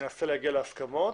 ננסה להגיע להסכמות,